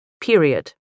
period